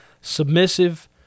submissive